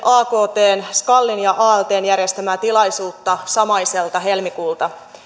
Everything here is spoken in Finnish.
aktn skalin ja altn järjestämää tilaisuutta samaiselta helmikuulta